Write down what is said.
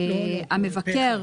המבקר,